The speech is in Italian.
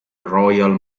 royal